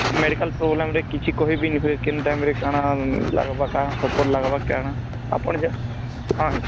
medical ପ୍ରୋବ୍ଲେମ୍ରେ କିଛି କହି ବି ନୁହେଁ କେନ୍ତା ଟାଇମ୍ରେ କ'ଣ ଲାଗ୍ବା କ'ଣ ସପୋର୍ଟ ଲାଗ୍ବା କିଅଣ ଆପଣ ଜା ହଁ ହେଇ